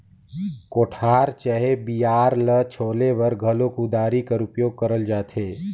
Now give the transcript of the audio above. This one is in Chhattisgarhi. कोठार चहे बियारा ल छोले बर घलो कुदारी कर उपियोग करल जाथे